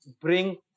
bring